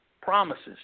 promises